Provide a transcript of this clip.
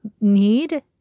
need